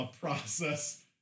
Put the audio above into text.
process